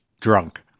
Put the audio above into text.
drunk